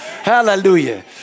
Hallelujah